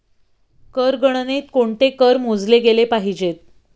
कर गणनेत कोणते कर मोजले गेले पाहिजेत?